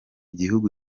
gihugu